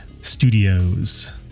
Studios